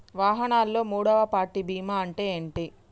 వాహనాల్లో మూడవ పార్టీ బీమా అంటే ఏంటి?